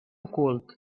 ocult